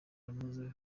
yamaze